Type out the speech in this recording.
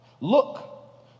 Look